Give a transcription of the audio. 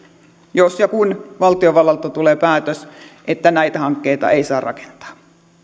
jos ja kun valtiovallalta tulee päätös että näitä hankkeita ei saa rakentaa